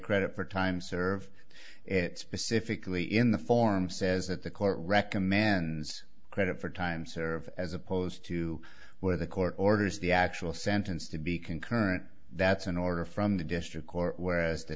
credit for time served it specifically in the form says that the court recommends credit for time served as opposed to where the court orders the actual sentence to be concurrent that's an order from the district court whereas the